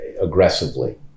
aggressively